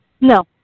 No